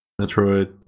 metroid